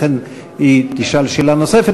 לכן היא תשאל שאלה נוספת.